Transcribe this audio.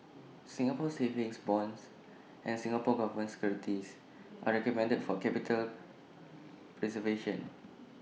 Singapore savings bonds and Singapore Government securities are recommended for capital preservation